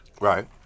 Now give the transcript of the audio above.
Right